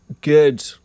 good